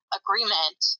agreement